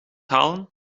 halen